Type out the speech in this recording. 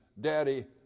Daddy